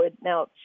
now